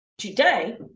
Today